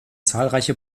zahlreiche